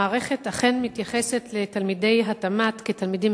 המערכת אכן מתייחסת לתלמידי התמ"ת כתלמידים